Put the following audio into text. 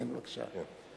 כן, בבקשה.